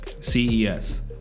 CES